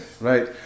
Right